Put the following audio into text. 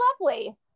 lovely